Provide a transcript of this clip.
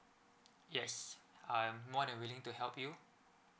yes I'm more than willing to help you